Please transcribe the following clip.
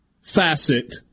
facet